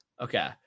Okay